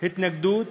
להביע התנגדות